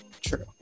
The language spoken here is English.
True